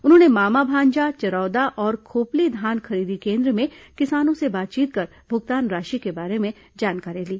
उन्होंने मामा भांजा चरौदा और खोपली धान खरीदी केन्द्र में किसानों से बातचीत कर भुगतान राशि के बारे में जानकारी ली